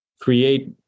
create